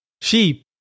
Sheep